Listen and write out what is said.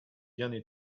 été